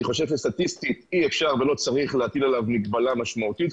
אני חושב שסטטיסטית אי אפשר ולא צריך להטיל מגבלה משמעותית.